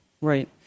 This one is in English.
Right